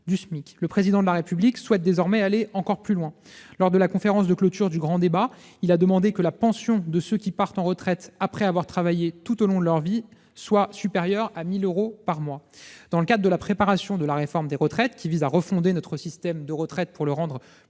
du SMIC. Le Président de la République souhaite désormais aller encore plus loin. Lors de la conférence de clôture du grand débat, il a demandé que la pension de ceux qui partent à la retraite, après avoir travaillé tout au long de leur vie active, soit supérieure à 1 000 euros par mois. Dans le cadre de la préparation de la réforme des retraites, visant à refonder notre système pour le rendre